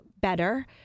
better